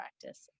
practice